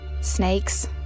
snakes